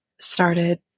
started